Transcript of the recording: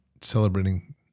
celebrating